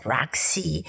Roxy